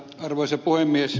arvoisa puhemies